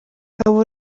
abo